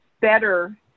better